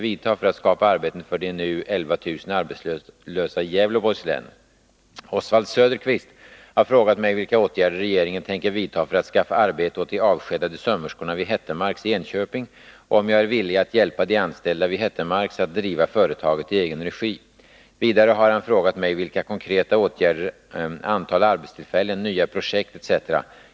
Oswald Söderqvist har frågat mig vilka åtgärder regeringen tänker vidta för att skaffa arbete åt de avskedade sömmerskorna vid Hettemarks i Enköping och om jag är villig att hjälpa de anställda vid Hettemarks att driva företaget i egen regi. Vidare har han frågat mig vilka konkreta åtgärder, antal arbetstillfällen, nya projekt etc.